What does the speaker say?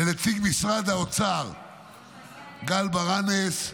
לנציג משרד האוצר גל ברנס,